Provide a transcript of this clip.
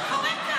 מה קורה פה?